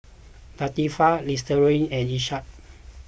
Latifa Lestari and Ishak